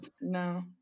No